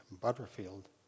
Butterfield